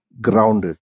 grounded